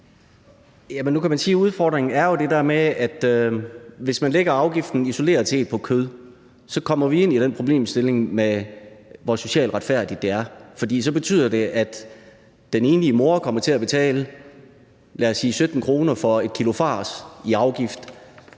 udfordringen jo er det der med, at hvis man lægger afgiften isoleret set på kød, kommer vi ind i den problemstilling med, hvor socialt retfærdigt det er, for så betyder det, at den enlige mor kommer til at betale, lad os sige 17 kr. i afgift